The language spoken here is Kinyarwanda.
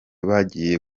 bagiye